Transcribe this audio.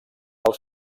del